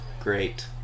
Great